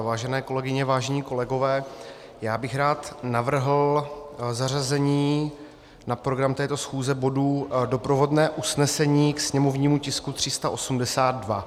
Vážené kolegyně, vážení kolegové, já bych rád navrhl zařazení na program této schůze bodu doprovodné usnesení ke sněmovnímu tisku 382.